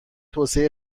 توسعه